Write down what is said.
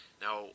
Now